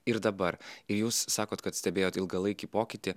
ir dabar ir jūs sakot kad stebėjot ilgalaikį pokytį